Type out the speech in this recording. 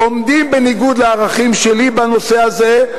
עומדים בניגוד לערכים שלי בנושא הזה,